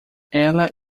ela